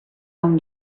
own